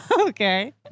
Okay